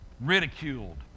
ridiculed